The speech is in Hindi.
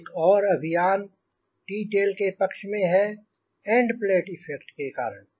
एक और अभियान टी टेल के पक्ष में है एंड प्लेट इफ़ेक्ट के कारण